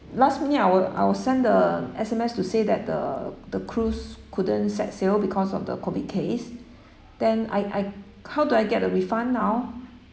last minute I wa~ I was sent the S_M_S to say that the the cruise couldn't set sail because of the COVID case then I I how do I get the refund now